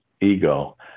ego